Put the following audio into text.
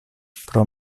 pro